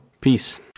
Peace